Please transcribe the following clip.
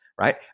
Right